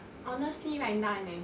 honestly right none eh